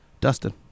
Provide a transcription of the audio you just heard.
Dustin